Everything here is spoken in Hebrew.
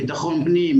בטחון פנים,